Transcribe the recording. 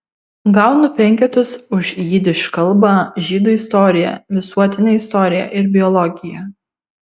gaunu penketus už jidiš kalbą žydų istoriją visuotinę istoriją ir biologiją